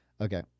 okay